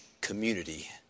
community